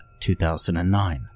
2009